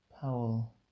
Powell